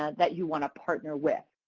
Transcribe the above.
that you want to partner with.